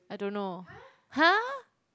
I don't know !huh!